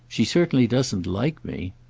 she certainly doesn't like me.